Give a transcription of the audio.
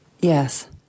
Yes